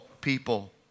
people